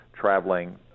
traveling